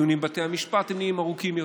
והדיונים בבתי המשפט נהיים ארוכים יותר.